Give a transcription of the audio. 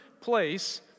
place